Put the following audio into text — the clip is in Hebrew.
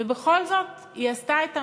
ובכל זאת, היא עשתה את המעשה.